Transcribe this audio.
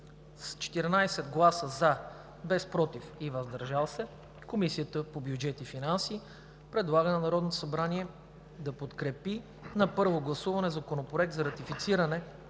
С 14 гласа „за“, без „против“ и „въздържал се“ Комисията по бюджет и финанси предлага на Народното събрание да подкрепи на първо гласуване Законопроект за ратифициране